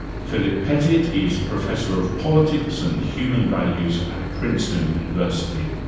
philip pettit is professor of politics and human values at princeton university.